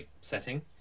setting